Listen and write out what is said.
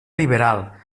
liberal